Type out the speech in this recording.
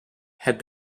had